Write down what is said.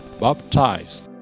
baptized